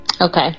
Okay